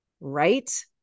right